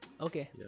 Okay